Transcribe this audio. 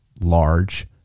large